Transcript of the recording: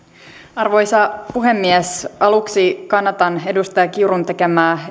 arvoisa puhemies aluksi kannatan edustaja kiurun tekemää